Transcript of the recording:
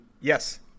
Yes